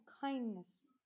kindness